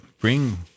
bring